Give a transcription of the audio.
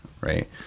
right